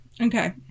okay